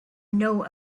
know